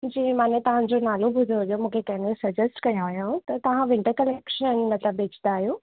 जी मां न तव्हांजो नालो ॿुधो हुओ मूंखे कंहिं ने सजेस्ट कयो हुओ त तव्हां विंटर कलेक्शन मतिलबु बेचंदा आहियो